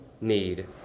need